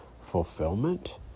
fulfillment